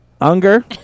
Unger